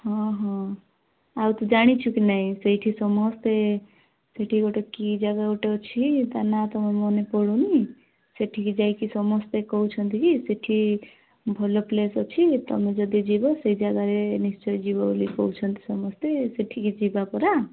ହଁ ହଁ ଆଉ ତୁ ଜାଣିଛୁ କି ନାଇଁ ସେଇଠି ସମସ୍ତେ ସେଠି ଗୋଟେ କି ଜାଗା ଗୋଟେ ଅଛି ତା ନାଁ ତ ମୋର ମନେ ପଡୁନି ସେଠିକି ଯାଇକି ସମସ୍ତେ କହୁଛନ୍ତି କି ସେଠି ଭଲ ପ୍ଲେସ୍ ଅଛି ତୁମେ ଯଦି ଯିବ ସେ ଜାଗାରେ ନିଶ୍ଚୟ ଯିବ ବୋଲି କହୁଛନ୍ତି ସମସ୍ତେ ସେଠିକି ଯିବା ପରା